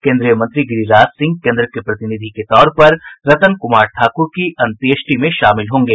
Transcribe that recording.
केंद्रीय मंत्री गिरिराज सिंह केंद्र के प्रतिनिधि के तौर पर रतन कुमार ठाकुर की अंत्येष्टि में शामिल होंगे